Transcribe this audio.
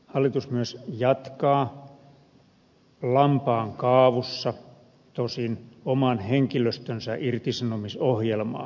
hallitus myös jatkaa lampaan kaavussa tosin oman henkilöstönsä irtisanomisohjelmaa